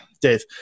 Dave